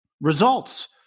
results